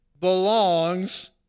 belongs